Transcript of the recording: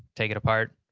take it apart.